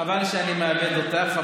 חבל שאני מאבד אותך,